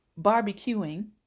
barbecuing